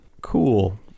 Cool